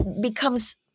becomes